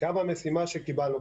גם המשימה שקיבלנו,